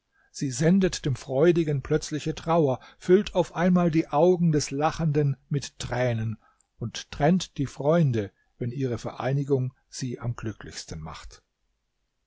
sie sendet dem freudigen plötzliche trauer füllt auf einmal die augen des lachenden mit tränen und trennt die freunde wenn ihre vereinigung sie am glücklichsten macht